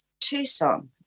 Tucson